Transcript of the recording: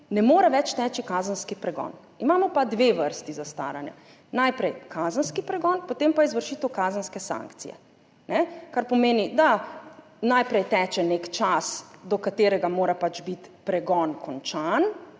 ne more več teči kazenski pregon. Imamo pa dve vrsti zastaranja. Najprej kazenski pregon, potem pa izvršitev kazenske sankcije. Kar pomeni, da najprej teče nek čas, do katerega mora pač biti pregon končan,